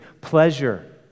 pleasure